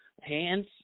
hands